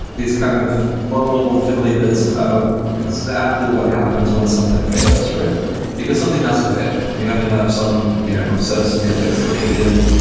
this kind of low-level fiddly bits about exactly what happens when something fails, because something has to fail. you have to have some you know set of semantics that kick in.